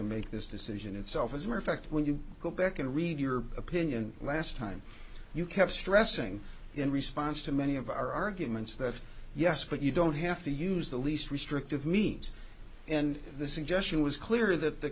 make this decision itself as mere fact when you go back and read your opinion last time you kept stressing in response to many of our arguments that yes but you don't have to use the least restrictive means and the suggestion was clear that th